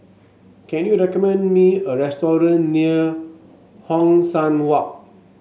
can you recommend me a restaurant near Hong San Walk